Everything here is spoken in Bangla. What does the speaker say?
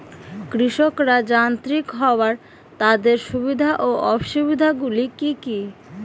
কৃষকরা যান্ত্রিক হওয়ার তাদের সুবিধা ও অসুবিধা গুলি কি কি?